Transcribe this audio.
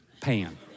Pan